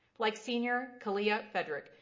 like senior kaliyah fedrick,